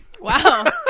wow